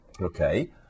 Okay